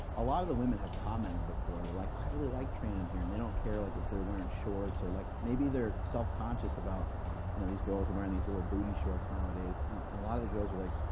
a lot of the women have commented before. they're like, i really like training and here, and they don't care like if they're wearing shorts. like maybe they're self-conscious about you know these girls are wearing these little booty shorts nowadays and a lot of the girls are like,